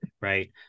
right